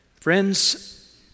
Friends